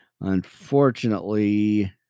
unfortunately